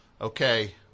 okay